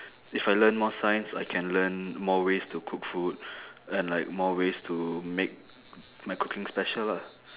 if I learn more science I can learn more ways to cook food and like more ways to make my cooking special lah